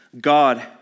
God